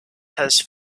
has